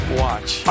watch